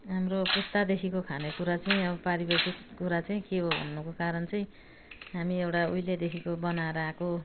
हाम्रो पुस्तादेखिको खानेकुरा चाहिँ अब पारिवारिक कुरा चाहिँ के हो भन्नुको कारण चाहिँ हामी एउटा उहिलेदेखिको बनाएर आएको